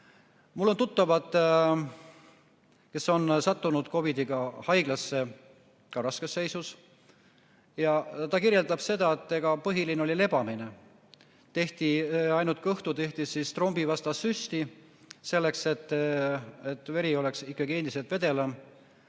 Mul on tuttavaid, kes on sattunud COVID-iga haiglasse, ka raskes seisus. Üks neist kirjeldab seda, et põhiline oli lebamine, tehti ainult kõhtu trombivastast süsti, selleks et veri oleks ikkagi endiselt vedel,